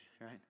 right